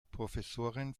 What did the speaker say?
professorin